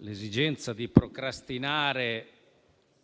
l'esigenza di procrastinare